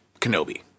Kenobi